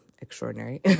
extraordinary